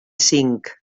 cinc